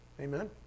Amen